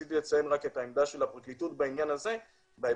רציתי רק לציין את עמדת הפרקליטות בהיבט הזה כי